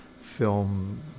film